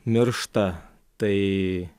miršta tai